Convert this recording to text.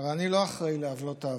הרי אני לא אחראי לעוולות העבר.